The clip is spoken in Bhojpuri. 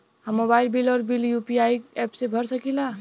हम मोबाइल बिल और बिल यू.पी.आई एप से भर सकिला